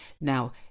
Now